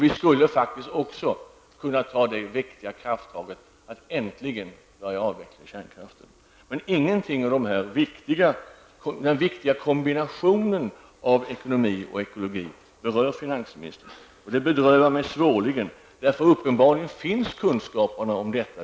Vi skulle också kunna ta det viktiga krafttaget att äntligen börja avveckla kärnkraften. Finansministern berör inget av den viktiga kombinationen av ekonomi och ekologi. Det gör mig mycket bedrövad. Det finns uppenbarligen kunskaper om detta.